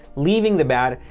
leaving the bad,